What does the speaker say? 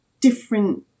different